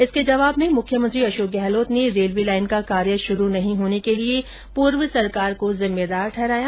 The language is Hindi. इसके जवाब में मुख्यमंत्री अशोक गहलोत ने रेलवे लाइन का कार्य शुरु नही होने के लिए पूर्व सरकार को जिम्मेदार ठहराया